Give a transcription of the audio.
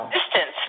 distance